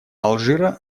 алжира